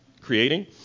creating